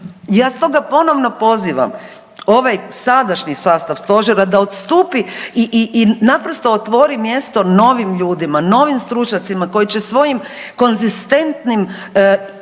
Ja stoga ponovno pozivam ovaj sadašnji sastav stožera da odstupi i naprosto otvori mjesto novim ljudima, novim stručnjacima koji će svojim konzistentnim